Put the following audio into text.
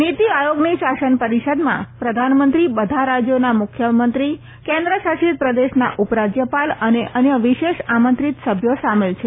નીતી આયોગની શાસન પરિષદમાં પ્રધાનમંત્રી બધા રાજયોના મુખ્યમંત્રી કેન્દ્ર શાસિત પ્રદેશના ઉપ રાજયપાલ અને અન્ય વિશેષ આમંત્રિત સભ્યો સામેલ છે